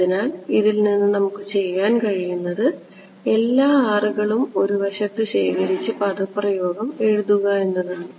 അതിനാൽ ഇതിൽ നിന്ന് നമുക്ക് ചെയ്യാൻ കഴിയുന്നത് എല്ലാ R കളും ഒരു വശത്ത് ശേഖരിച്ച് പദപ്രയോഗം എഴുതുക എന്നതാണ്